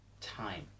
time